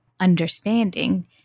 understanding